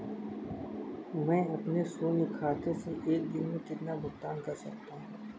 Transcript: मैं अपने शून्य खाते से एक दिन में कितना भुगतान कर सकता हूँ?